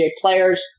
players